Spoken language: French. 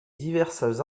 diverses